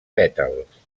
pètals